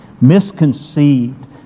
misconceived